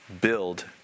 build